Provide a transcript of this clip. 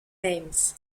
names